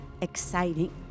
exciting